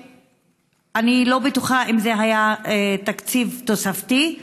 אני לא בטוחה שזה היה תקציב תוספתי.